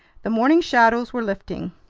the morning shadows were lifting.